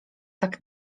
tak